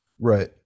right